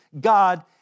God